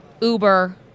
uber